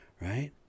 right